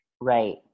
Right